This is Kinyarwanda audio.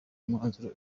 umwanzuro